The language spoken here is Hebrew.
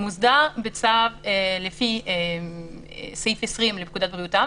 מוסדר בצו לפי סעיף 20 לפקודת בריאות העם,